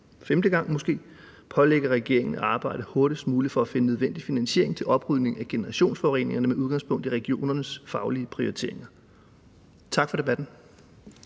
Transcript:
femte gang – pålægger regeringen at arbejde for hurtigst muligt at finde den nødvendige finansiering til en oprydning af generationsforureningerne med udgangspunkt i regionernes faglige prioriteringer. Tak for debatten.